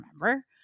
remember